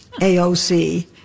AOC